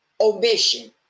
omission